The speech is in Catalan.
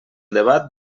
debat